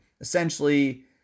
essentially